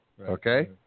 Okay